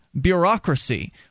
bureaucracy